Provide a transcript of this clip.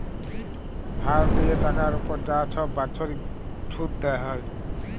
ধার লিয়ে টাকার উপর যা ছব বাচ্ছরিক ছুধ হ্যয়